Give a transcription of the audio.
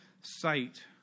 sight